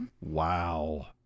Wow